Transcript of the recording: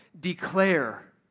declare